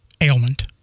ailment